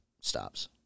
stops